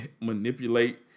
manipulate